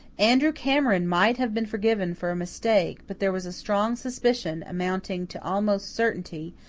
andrew cameron might have been forgiven for a mistake but there was a strong suspicion, amounting to almost certainty,